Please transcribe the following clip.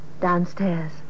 Downstairs